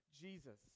Jesus